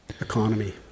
Economy